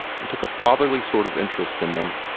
and took a fatherly sort of interest in them.